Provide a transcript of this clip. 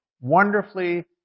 wonderfully